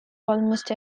almost